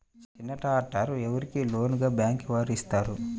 చిన్న ట్రాక్టర్ ఎవరికి లోన్గా బ్యాంక్ వారు ఇస్తారు?